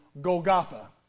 Golgotha